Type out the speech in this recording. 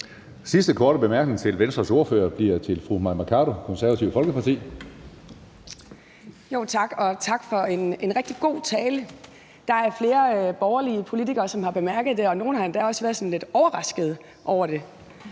Sidste korte bemærkning til Venstres ordfører bliver til fru Mai Mercado, Det Konservative Folkeparti.